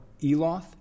Eloth